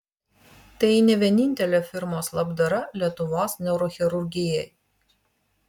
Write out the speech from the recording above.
tai ne vienintelė firmos labdara lietuvos neurochirurgijai